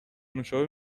نوشابه